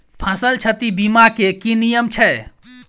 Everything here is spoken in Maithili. फसल क्षति बीमा केँ की नियम छै?